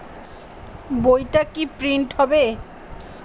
বইটা কি প্রিন্ট হবে?